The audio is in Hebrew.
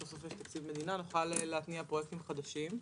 סוף-סוף יש תקציב מדינה ונוכל להתניע פרויקטים חדשים.